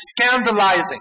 scandalizing